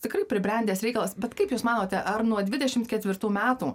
tikrai pribrendęs reikalas bet kaip jūs manote ar nuo dvidešimt ketvirtų metų